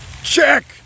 check